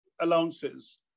allowances